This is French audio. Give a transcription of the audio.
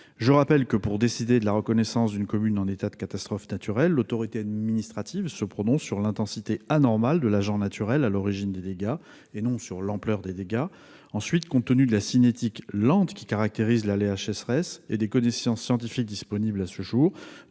du pays. Pour décider de la reconnaissance d'une commune en état de catastrophe naturelle, je rappelle que l'autorité administrative se prononce sur l'intensité anormale de l'agent naturel à l'origine des dégâts, et non sur l'ampleur des dégâts. Compte tenu de la cinétique lente qui caractérise l'aléa sécheresse et des connaissances scientifiques disponibles à ce jour,